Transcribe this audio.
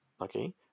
Okay